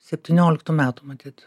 septynioliktų metų matyt